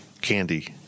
candy